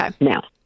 now